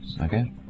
Okay